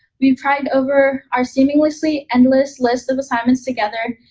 we've cried over our seemingly endless list of assignments together,